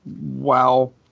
wow